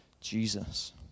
Jesus